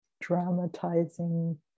dramatizing